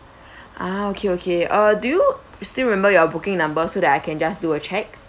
ah okay okay uh do you still remember your booking number so that I can just do a check